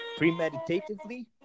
Premeditatively